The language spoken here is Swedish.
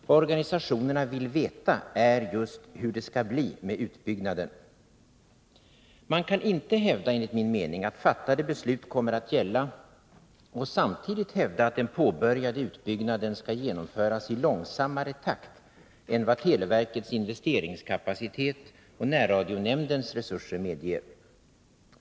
Vad organisationerna vill veta är just hur det skall bli med utbyggnaden. Man kan, enligt min mening, inte hävda att fattade beslut kommer att gälla och samtidigt hävda att den påbörjade utbyggnaden skall genomföras i långsammare takt än vad televerkets investeringskapacitet och närradionämndens resurser medger.